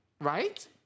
right